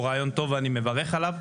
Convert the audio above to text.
הוא רעיון טוב ואני מברך עליו,